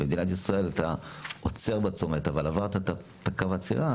במדינת ישראל אתה עוצר בצומת אבל עברת את קו העצירה,